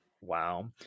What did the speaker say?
Wow